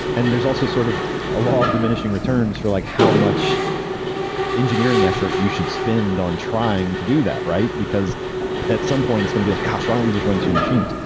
and there's also sort of a law of diminishing returns for like how much engineering effort you should spend on trying to do that, right? because at some point it's going to be like, gosh, why don't we just run two machines?